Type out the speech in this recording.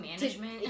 management